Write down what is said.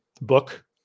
book